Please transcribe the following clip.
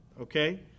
Okay